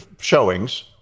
showings